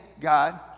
God